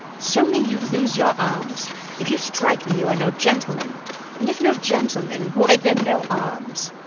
so may you lose your arms if you strike me, you are no gentleman and if no gentleman, why then no arms.